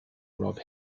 rob